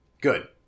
Good